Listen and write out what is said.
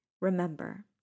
Remember